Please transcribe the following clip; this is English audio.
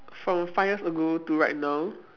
from five years ago to right now